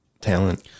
Talent